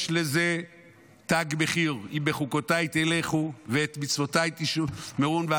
יש לזה תג מחיר: אם בחוקותיי תלכו ואת מצוותיי תשמרו,